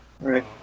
right